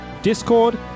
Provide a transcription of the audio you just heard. discord